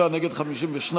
בעד, 33, נגד, 52,